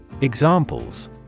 Examples